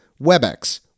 Webex